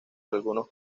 algunos